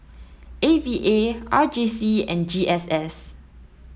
A V A R J C and G S S